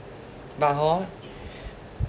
but hor